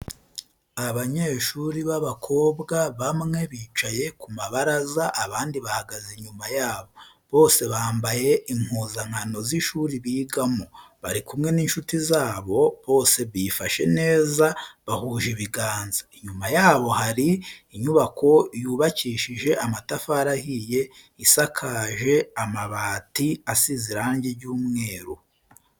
Abanyeshuri b'abakobwa bamwe bicaye ku mabaraza, abandi bahagaze inyuma yabo. Bose bambaye impuzankano z'ishuri bigamo, bari kumwe n'inshuti zabo, bose bifashe neza, bahuje ibiganza. Inyuma yabo hari inyubako yubakishije amatafari ahiye, isakaje amabati asize irangi ry'umweru.